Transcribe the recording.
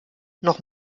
noch